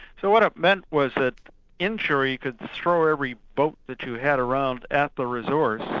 so what it meant was that inshore you could throw every boat that you had around at the resource,